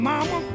Mama